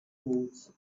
toads